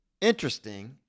Interesting